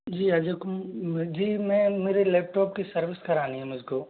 जी अजय कुम जी मैं मेरे लैपटॉप की सर्विस करानी है मेरे को